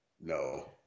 No